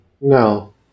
No